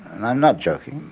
and i'm not joking.